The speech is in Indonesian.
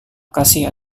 kasih